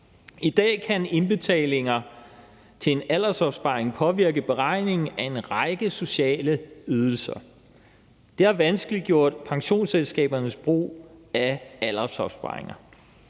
I dag kan indbetalinger til en aldersopsparing påvirke beregningen af en række sociale ydelser. Det har vanskeliggjort pensionsselskabernes brug af aldersopsparinger.